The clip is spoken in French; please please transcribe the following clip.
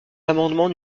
l’amendement